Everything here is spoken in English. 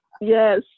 yes